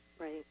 right